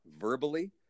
verbally